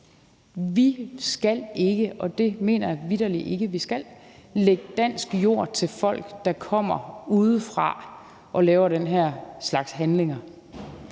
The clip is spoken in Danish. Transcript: skal – og det mener jeg vitterlig ikke at vi skal – lægge dansk jord til folk, der kommer udefra og laver den her slags handlinger.